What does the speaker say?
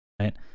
right